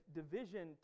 division